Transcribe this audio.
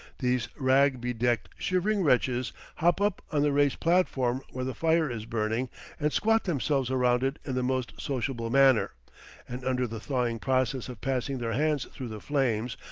these rag-bedecked, shivering wretches hop up on the raised platform where the fire is burning and squat themselves around it in the most sociable manner and under the thawing process of passing their hands through the flames,